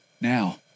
Now